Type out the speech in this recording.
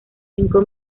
cinco